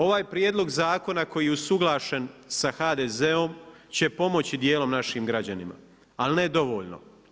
Ovaj prijedlog zakona koji je usuglašen sa HDZ-om će pomoći dijelom našim građanima ali ne dovoljno.